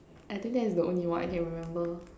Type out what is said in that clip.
I think that is the only one I can remember